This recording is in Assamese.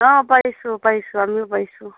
অ পাৰিছোঁ পাৰিছোঁ আমিও পাৰিছোঁ